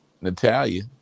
Natalia